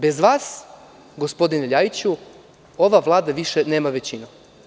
Bez vas, gospodine Ljajiću, ova Vlada više nema većinu.